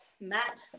Matt